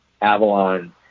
Avalon